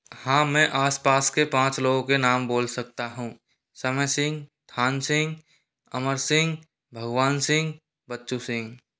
हाँ मैं आसपास के पाँच लोगों के नाम बोल सकता हूँ समय सिंह थान सिंह अमर सिंह भगवान सिंह बच्चू सिंह